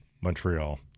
Montreal